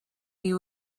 you